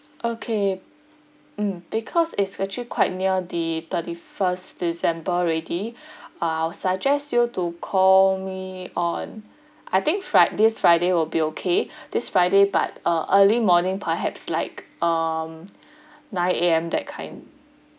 okay mm because it's actually quite near the thirty first december already uh I will suggest you to call me on I think fri~ this friday will be okay this friday but uh early morning perhaps like um nine A_M that kind